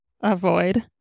avoid